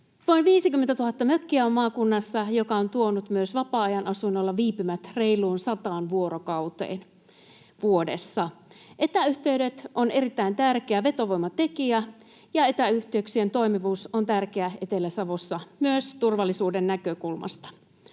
Noin 50 000 mökkiä on maakunnassa, mikä on tuonut myös vapaa-ajan asunnoilla viipymiset reiluun sataan vuorokauteen vuodessa. Etäyhteydet ovat erittäin tärkeä vetovoimatekijä, ja etäyhteyksien toimivuus on tärkeää Etelä-Savossa myös turvallisuuden näkökulmasta